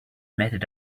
method